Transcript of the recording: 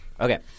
Okay